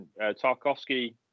Tarkovsky